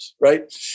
right